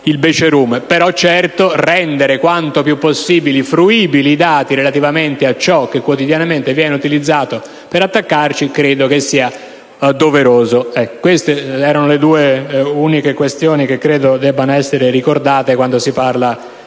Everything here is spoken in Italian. doveroso rendere quanto più possibile fruibili i dati relativamente a ciò che quotidianamente viene utilizzato per attaccarci. Queste erano le due uniche questioni che credo debbano essere ricordate quando si parla del